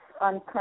on